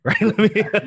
right